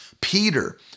Peter